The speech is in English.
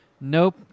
Nope